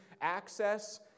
Access